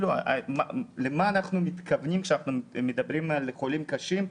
למה אנחנו מתכוונים כשאנחנו מדברים על חולים קשים,